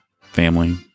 family